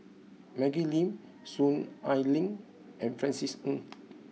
Maggie Lim Soon Ai Ling and Francis Ng